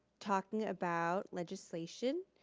talking about legislation,